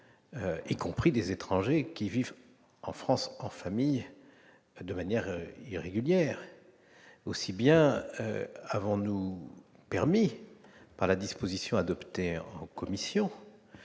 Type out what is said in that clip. y compris des étrangers qui vivent en France, en famille, de manière irrégulière. Aussi bien avons-nous permis, par la disposition adoptée en commission,